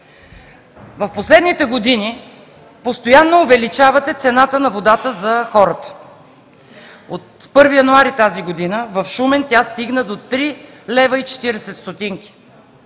В последните години постоянно увеличавате цената на водата за хората. От 1 януари тази година в Шумен тя стигна до 3,40 лв.,